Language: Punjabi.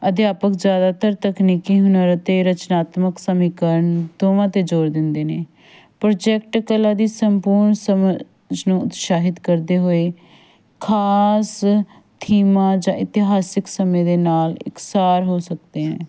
ਅਧਿਆਪਕ ਜ਼ਿਆਦਾਤਰ ਤਕਨੀਕੀ ਹੁਨਰ ਅਤੇ ਰਚਨਾਤਮਕ ਸਮੀਕਰਨ ਦੋਵਾਂ 'ਤੇ ਜੋਰ ਦਿੰਦੇ ਨੇ ਪ੍ਰੋਜੈਕਟ ਕਲਾ ਦੀ ਸੰਪੂਰਨ ਉਤਸ਼ਾਹਿਤ ਕਰਦੇ ਹੋਏ ਖਾਸ ਥੀਮਾਂ ਜਾਂ ਇਤਿਹਾਸਿਕ ਸਮੇਂ ਦੇ ਨਾਲ ਇੱਕ ਸਾਰ ਹੋ ਸਕਦੇ ਹੈ